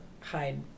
hide